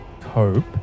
cope